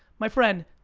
my friend,